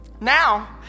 Now